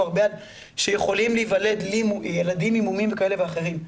הרבה על זה שיכולים להיוולד ילדים עם מומים כאלה ואחרים,